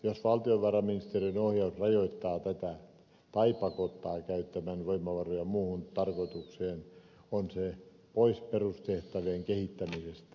jos valtiovarainministeriön ohjaus rajoittaa tätä tai pakottaa käyttämään voimavaroja muuhun tarkoitukseen on se pois perustehtävien kehittämisestä